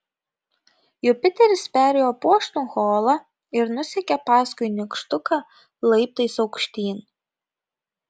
jupiteris perėjo puošnų holą ir nusekė paskui nykštuką laiptais aukštyn